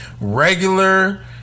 regular